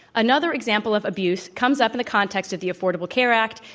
another example of abuse comes up in the context of the affordable care act,